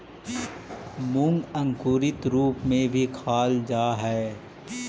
मूंग अंकुरित रूप में भी खाल जा हइ